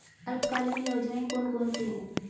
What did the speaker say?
अल्पकालीन योजनाएं कौन कौन सी हैं?